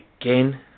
again